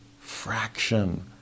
fraction